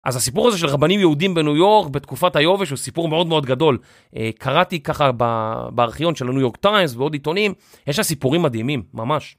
אז הסיפור הזה של רבנים יהודים בניו יורק, בתקופת היובש, הוא סיפור מאוד מאוד גדול. אה, קראתי ככה ב... בארכיון של ה-New York Times ועוד עיתונים, יש שם סיפורים מדהימים, ממש.